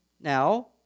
Now